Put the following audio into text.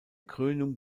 krönung